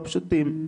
אני זוכר את זה,